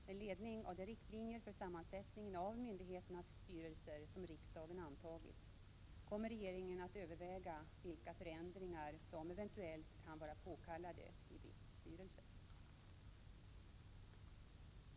Med ledning av de riktlinjer för sammansättningen av myndigheternas styrelser som riksdagen antagit kommer regeringen att överväga vilka förändringar som eventuellt kan vara påkallade i BITS styrelse.